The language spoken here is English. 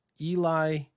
Eli